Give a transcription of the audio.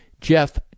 Jeff